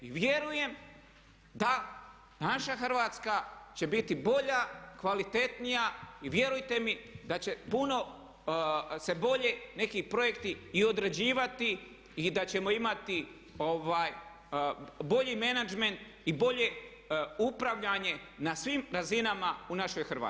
I vjerujem da naša Hrvatska će biti bolja, kvalitetnija i vjerujte mi da će puno se bolje neki projekti i odrađivati i da ćemo imati bolji menadžment i bolje upravljanje na svim razinama u našoj Hrvatskoj.